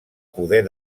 poder